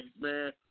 man